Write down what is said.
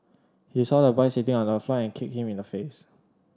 he saw the boy sitting on the floor and kicked him in the face